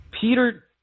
Peter